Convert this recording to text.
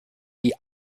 die